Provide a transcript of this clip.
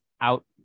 out